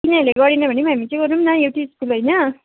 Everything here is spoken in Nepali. तिनीहरूले गरेन भने पनि हामी चाहिँ गरौँ न एउटै स्कुल होइन